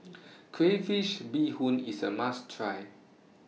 Crayfish Beehoon IS A must Try